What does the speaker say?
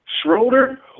Schroeder